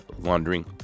laundering